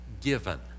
given